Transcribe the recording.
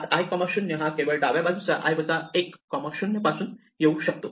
path i0 हा केवळ डाव्या बाजूच्या i 10 पासून येऊ शकतो